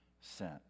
sent